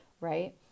right